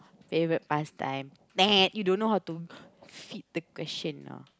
favourite pastime you don't know how to fit the question ah